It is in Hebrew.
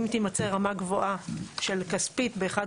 אם תימצא רמה גבוהה של כספית באחד